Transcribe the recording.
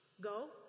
Go